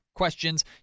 questions